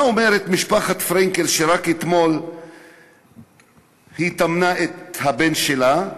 מה אומרת משפחת פרנקל, שרק אתמול טמנה את הבן שלה,